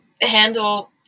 handle